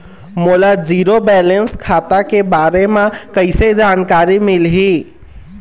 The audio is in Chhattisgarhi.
मोला जीरो बैलेंस खाता के बारे म कैसे जानकारी मिलही?